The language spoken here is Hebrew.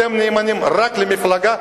אתם נאמנים רק למפלגה,